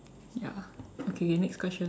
ya okay okay next question